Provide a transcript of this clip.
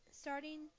starting